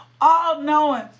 All-knowing